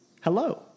Hello